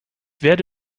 werde